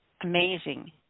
amazing